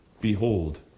Behold